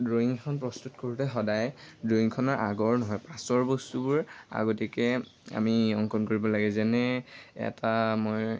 ড্ৰয়িংখন প্ৰস্তুত কৰোঁতে সদায় ড্ৰয়িংখনৰ আগৰ নহয় পাছৰ বস্তুবোৰ আগতীয়াকৈ আমি অংকন কৰিব লাগে যেনে এটা মই